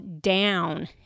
down